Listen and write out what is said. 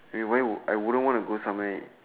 eh where I would not want to go somewhere